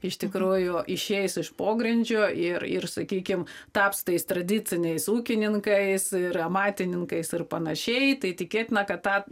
iš tikrųjų išeis iš pogrindžio ir ir sakykim taps tais tradiciniais ūkininkais ir amatininkais ir panašiai tai tikėtina kad tą